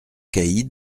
caïd